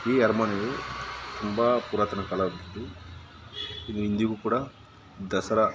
ಈ ಅರಮನೆಯು ತುಂಬ ಪುರಾತನ ಕಾಲದ್ದು ಇದು ಇಂದಿಗೂ ಕೂಡ ದಸರಾ